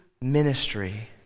ministry